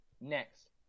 next